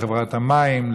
לחברת המים,